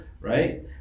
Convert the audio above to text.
right